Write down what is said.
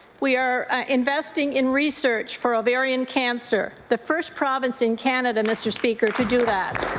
we are investing in research for ovarian cancer, the first province in canada, mr. speaker, to do that.